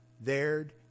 there'd